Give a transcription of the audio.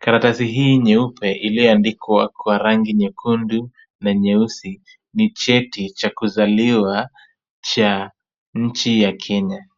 Karatasi hii nyeupe iliyoandikwa kwa rangi nyekundu na nyeusi ni cheti cha kuzaliwa cha nchi ya Kenya.